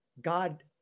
God